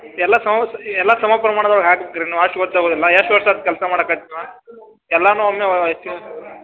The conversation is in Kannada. ಎಲ್ಲ ಸವ್ಸ್ ಎಲ್ಲ ಸಮ ಪ್ರಮಾಣದೊಳಗ ಹಾಕಿರ್ತೇರ ನೀವು ಅಷ್ಟು ಗೊತ್ತಾಗುದಿಲ್ಲ ಎಷ್ಟು ವರ್ಷ ಆತು ಕೆಲಸ ಮಾಡಿ ಕಲ್ತು ನೀವು ಎಲ್ಲಾನು ಒಮ್ಮೆ